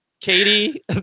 Katie